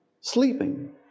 sleeping